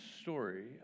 story